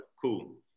cool